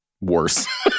worse